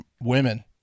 women